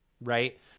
right